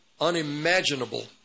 unimaginable